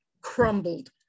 crumbled